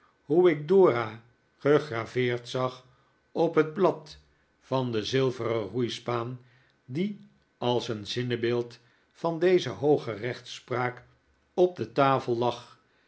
hoe ik dora gegraveerd zag op het blad van de zilveren roeispaan die als een zinnebeeld van deze hooge rechtspraak op de tafel lag